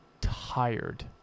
tired